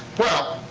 well,